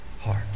heart